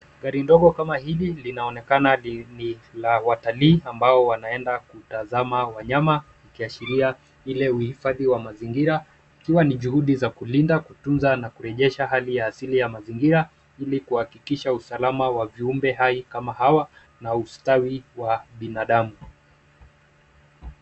Gari ndogo kama hili linaonekana ni la watalii ambao wanaenda kutazama wanyama ikiashiria ile uhifadhi wa mazingira ikiwa ni juhudi za kulinda, kutunza na kurejesha hali ya asili wa mazingira ili kuhakikisha usalama wa viumbe hai kama hawa na ustawi wa binadamu.